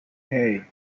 hey